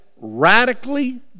radically